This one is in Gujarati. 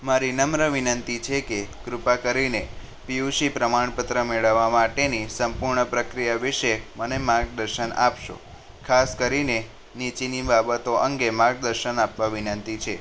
મારી નમ્ર વિનંતી છે કે કૃપા કરીને પીયુસી પ્રમાણપત્ર મેળવવા માટેની સંપૂર્ણ પ્રકિયા વિશે મને માર્ગદર્શન આપશો ખાસ કરી ને નીચેની બાબતો અંગે માર્ગદર્શન આપવા વિનંતી છે